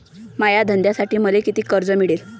माया धंद्यासाठी मले कितीक कर्ज मिळनं?